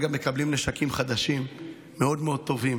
אגב, מקבלים נשקים חדשים מאוד מאוד טובים,